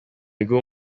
iguhe